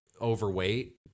overweight